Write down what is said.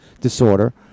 disorder